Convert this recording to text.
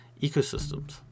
ecosystems